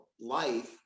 life